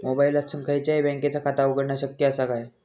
मोबाईलातसून खयच्याई बँकेचा खाता उघडणा शक्य असा काय?